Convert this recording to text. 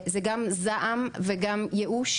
זה גם זעם וגם ייאוש.